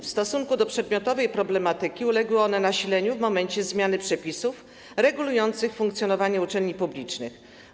W stosunku do przedmiotowej problematyki uległy one nasileniu w momencie zmiany przepisów regulujących funkcjonowanie uczelni publicznych.